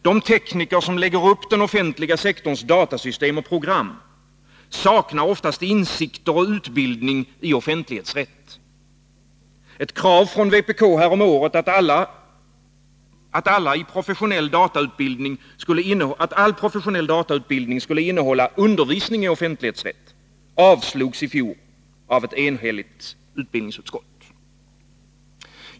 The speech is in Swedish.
De tekniker som lägger upp den offentliga sektorns datasystem och program saknar oftast insikter och utbildning i offentlighetsrätt. Ett krav från vpk häromåret, att all professionell datautbildning skulle innehålla undervisning i offentlighetsrätt, avstyrktes i fjor av ett enhälligt utbildningsutskott.